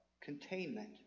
Containment